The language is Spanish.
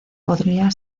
podría